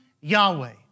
Yahweh